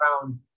found